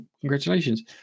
Congratulations